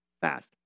fast